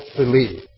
believe